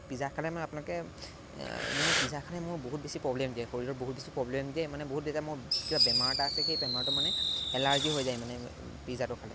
pizza খালে মানে আপোনালোকে মানে পিজ্জা খালে মোৰ বহুত বেছি প্ৰব্লেম দিয়ে শৰীৰৰ বহুত বেছি প্ৰব্লেম দিয়ে মানে বহুত দিয়ে মোৰ কিবা বেমাৰ এটা আছে সেই বেমাৰটো মানে এলাৰ্জি হৈ যায় মানে পিজ্জাটো খালে